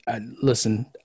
Listen